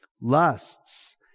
lusts